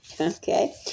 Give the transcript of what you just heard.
Okay